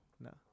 No